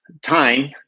time